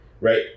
right